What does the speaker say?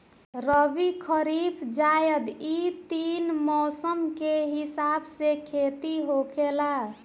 रबी, खरीफ, जायद इ तीन मौसम के हिसाब से खेती होखेला